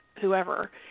whoever